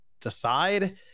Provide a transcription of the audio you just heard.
decide